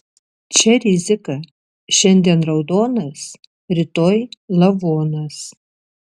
čia rizika šiandien raudonas rytoj lavonas